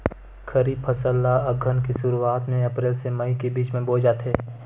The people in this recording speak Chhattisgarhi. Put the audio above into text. खरीफ फसल ला अघ्घन के शुरुआत में, अप्रेल से मई के बिच में बोए जाथे